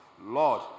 Lord